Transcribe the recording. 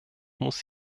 muss